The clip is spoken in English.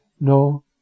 no